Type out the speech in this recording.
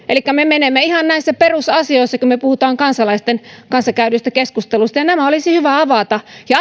elikkä me menemme ihan näissä perusasioissa kun me puhumme kansalaisten kanssa käydyistä keskusteluista ja nämä olisi hyvä avata ja